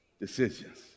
decisions